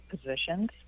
positions